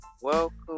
welcome